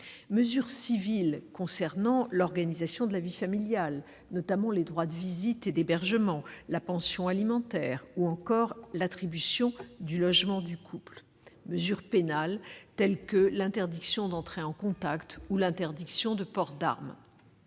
mesures civiles concernant l'organisation de la vie familiale, notamment les droits de visite et d'hébergement, la pension alimentaire ou encore l'attribution du logement du couple ; mesures pénales, telles que l'interdiction d'entrer en contact et l'interdiction de port d'arme.